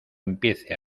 empiece